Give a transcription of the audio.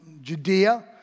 Judea